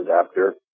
adapter